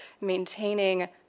maintaining